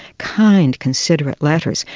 kind, considerate letters.